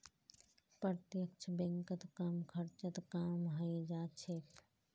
प्रत्यक्ष बैंकत कम खर्चत काम हइ जा छेक